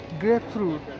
Grapefruit